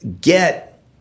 get